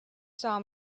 saw